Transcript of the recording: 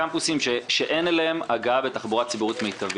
שאין אליהם הגעה בתחבורה ציבורית מיטבית.